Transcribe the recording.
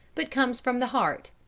but comes from the heart.